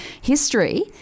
history